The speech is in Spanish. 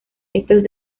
estos